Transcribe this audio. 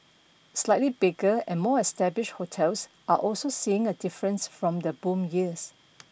slightly bigger and more established hotels are also seeing a difference from the boom years